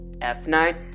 F9